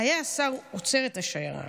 היה השר עוצר את השיירה,